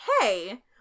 hey